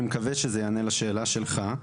אני מקווה שזה יענה לשאלה שלך.